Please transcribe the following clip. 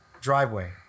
driveway